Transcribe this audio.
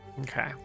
Okay